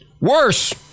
Worse